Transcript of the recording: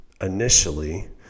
initially